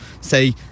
say